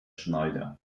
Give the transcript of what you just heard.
schneider